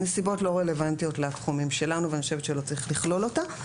נסיבות לא רלוונטיות לתחומים שלנו ואני חושבת שלא צריך לכלול אותה.